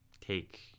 take